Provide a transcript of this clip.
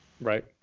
right